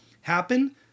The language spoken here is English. happen